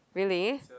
really